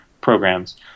programs